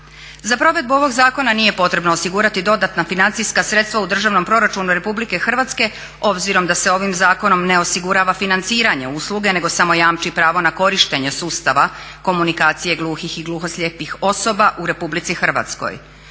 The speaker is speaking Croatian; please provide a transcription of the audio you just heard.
Za provedbu ovog zakona nije potrebno osigurati dodatna financijska sredstva u državnom proračunu Republike Hrvatske obzirom da se ovim zakonom ne osigurava financiranje usluge nego samo jamči pravo na korištenje sustava komunikacije gluhih i gluhoslijepih osoba u Republici Hrvatskoj